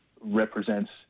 represents